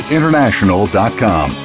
International.com